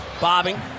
bobbing